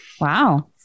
Wow